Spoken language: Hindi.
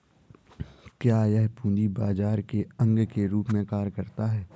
क्या यह पूंजी बाजार के अंग के रूप में कार्य करता है?